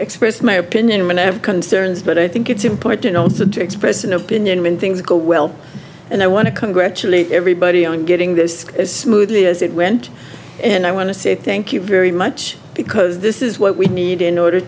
express my opinion when i have concerns but i think it's important to know that to express an opinion when things go well and i want to congratulate everybody on getting this as smoothly as it went and i want to say thank you very much because this is what we need in order